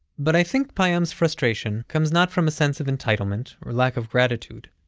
but i think payam's frustration comes not from a sense of entitlement or lack of gratitude.